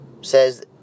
says